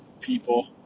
people